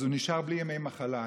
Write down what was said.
הוא נשאר בלי ימי מחלה.